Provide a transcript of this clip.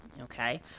okay